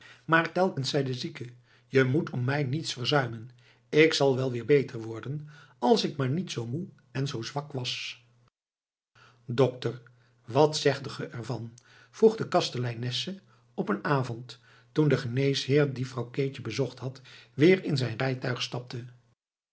maar telkens zei de zieke je moet om mij niets verzuimen ik zal wel weer beter worden als ik maar niet zoo moe en zoo zwak was dokter wat zeg de er van vroeg de kasteleinsche op een avond toen de geneesheer die vrouw keetje bezocht had weer in zijn rijtuig stapte